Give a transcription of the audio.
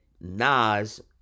Nas